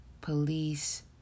police